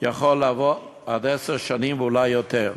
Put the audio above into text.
יכולות לעבור עד עשר שנים, ואולי יותר.